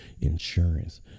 insurance